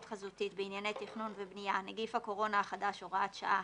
חזותית בענייני תכנון ובנייה (נגיף הקורונה החדש הוראת שעה),